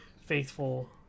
faithful